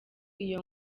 iyo